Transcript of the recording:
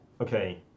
Okay